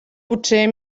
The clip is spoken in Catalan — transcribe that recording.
potser